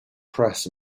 press